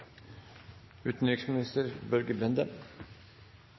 utenriksminister Børge Brende